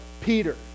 Peter